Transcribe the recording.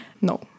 No